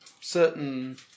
certain